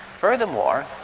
Furthermore